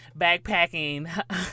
backpacking